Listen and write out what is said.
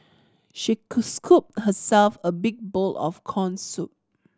she scooped herself a big bowl of corn soup